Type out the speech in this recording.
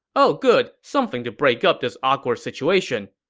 oh good, something to break up this awkward situation.